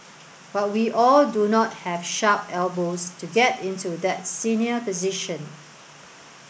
but we all do not have sharp elbows to get into that senior position